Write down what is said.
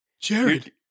Jared